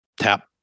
tap